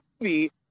movie